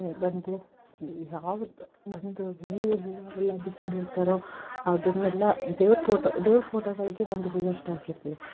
ಬಂತು ಯಾವ್ದು ಒಂದು ಎಲ್ಲಿ ಎಲ್ಲ ಬಿಸಾಡಿರ್ತಾರೊ ಅದನ್ನೆಲ್ಲ ದೇವ್ರು ಫೋಟೋ ದೇವ್ರು ಫೋಟೋಗಳಿಗೆ ಒಂದು ಹೂ ಅಷ್ಟಾಕಿರ್ತೀವಿ